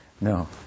No